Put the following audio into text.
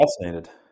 fascinated